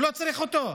הוא לא צריך אותו.